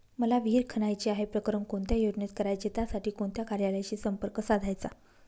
मला विहिर खणायची आहे, प्रकरण कोणत्या योजनेत करायचे त्यासाठी कोणत्या कार्यालयाशी संपर्क साधायचा?